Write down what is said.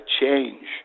change